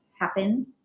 happen